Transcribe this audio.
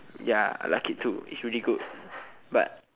ya I like it too it is really good but